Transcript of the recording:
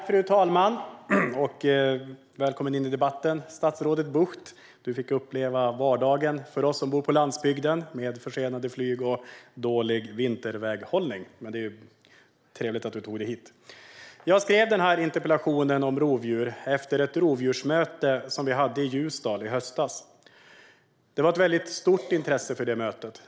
Fru talman! Välkommen till debatten, statsrådet Bucht! Du fick uppleva vardagen för oss som bor på landsbygden med försenade flyg och dålig vinterväghållning. Men det är trevligt att du tagit dig hit. Jag skrev denna interpellation om rovdjur efter ett rovdjursmöte som vi hade i Ljusdal i höstas. Det var ett väldigt stort intresse för mötet.